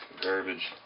Garbage